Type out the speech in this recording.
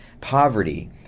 poverty